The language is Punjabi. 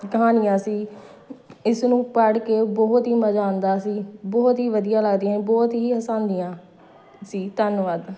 ਕਹਾਣੀਆਂ ਸੀ ਇਸਨੂੰ ਪੜ੍ਹ ਕੇ ਬਹੁਤ ਹੀ ਮਜ਼ਾ ਆਉਂਦਾ ਸੀ ਬਹੁਤ ਹੀ ਵਧੀਆ ਲੱਗਦੀਆਂ ਹੀ ਬਹੁਤ ਹੀ ਹਸਾਉਂਦੀਆਂ ਸੀ ਧੰਨਵਾਦ